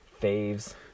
faves